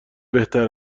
بهتر